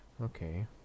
Okay